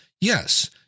Yes